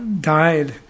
died